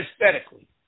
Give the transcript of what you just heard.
aesthetically